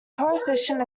coefficient